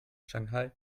shanghai